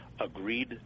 agreed